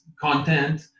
content